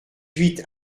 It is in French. huit